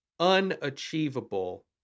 unachievable